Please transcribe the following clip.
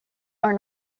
are